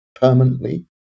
permanently